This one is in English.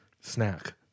snack